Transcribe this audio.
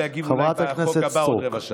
אני אשתדל להגיב במסגרת החוק הבא עוד רבע שעה.